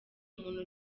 umuntu